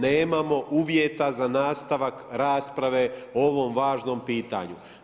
Nemamo uvjeta za nastavak rasprave o ovom važnom pitanju.